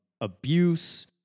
abuse